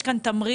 יש כאן תמריץ